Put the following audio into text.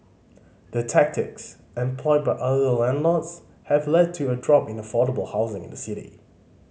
the tactics employed by other landlords have led to a drop in affordable housing in the city